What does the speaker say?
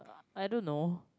I don't know